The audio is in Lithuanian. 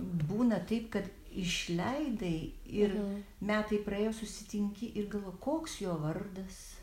būna taip kad išleidai ir metai praėjo susitinki ir galvoji koks jo vardas